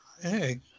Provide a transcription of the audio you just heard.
Hey